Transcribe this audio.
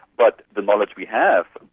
but the knowledge we have,